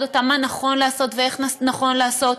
אותם מה נכון לעשות ואיך נכון לעשות,